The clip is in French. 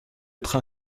train